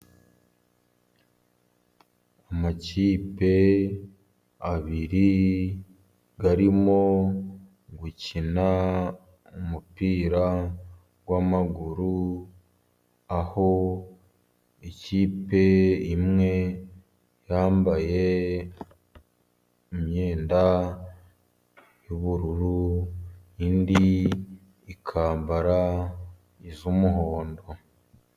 Amakipe abiri arimo gukina umupira w'amaguru, aho ikipe imwe yambaye imyenda y'ubururu, indi ikambara iy'umuhondo.